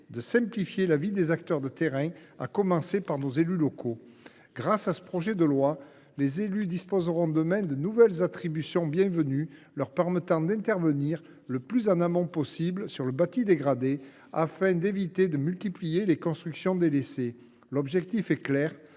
de simplifier la vie des acteurs de terrain, à commencer par nos élus locaux. Grâce à ce projet de loi, les élus disposeront demain de nouvelles attributions bienvenues, leur permettant d’intervenir le plus en amont possible sur le bâti dégradé, afin d’éviter de multiplier les constructions délaissées. L’objectif est clair